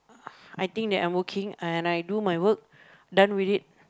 I think that I'm working and I do my work done with it